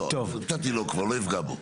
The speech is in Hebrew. לא נתתי לו כבר, לא אפגע בו.